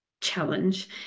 challenge